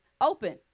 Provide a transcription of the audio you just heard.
open